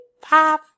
Pop